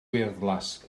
wyrddlas